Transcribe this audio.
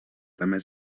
també